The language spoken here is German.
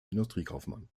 industriekaufmann